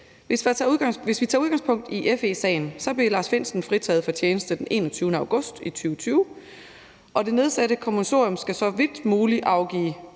Hvis vi tager udgangspunkt i FE-sagen, blev Lars Findsen fritaget for tjeneste den 21. august 2020, og den nedsatte kommission skal så vidt muligt afgive